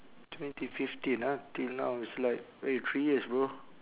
twenty fifteen ah till now it's like eh three years bro